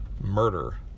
murder